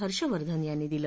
हर्षवर्धन यांनी दिलं